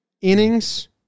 innings